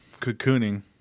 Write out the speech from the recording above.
cocooning